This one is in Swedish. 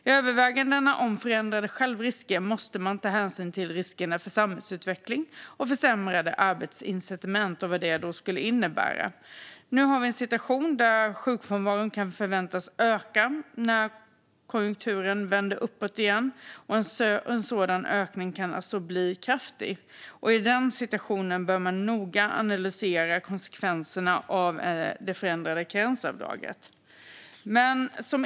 I övervägandena om förändrade självrisker måste man ta hänsyn till riskerna för samhällsutvecklingen och för försämrade arbetsincitament samt vad det skulle innebära. Nu har vi en situation där sjukfrånvaron kan förväntas öka när konjunkturen vänder uppåt igen, och en sådan ökning kan alltså bli kraftig. I den situationen bör man noga analysera konsekvenserna av det förändrade karensavdraget.